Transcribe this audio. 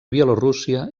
bielorússia